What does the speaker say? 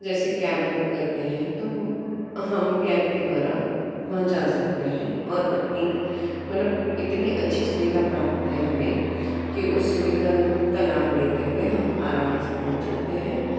जैसे cab book करते हैं तो हम कैप के द्वारा वहाँ जा सकते हैं और अपनी मतलब इतनी अच्छी सुविधा प्राप्त है हमें कि उस सुविधा का लाभ लेते हुए हम आराम से पहुँच जाते हैं